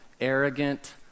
arrogant